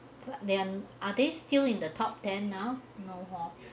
but they are are they still in the top ten now no more